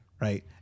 right